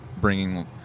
bringing